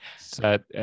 set